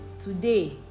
today